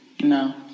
No